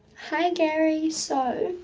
hi, gary. so,